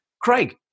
Craig